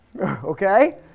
okay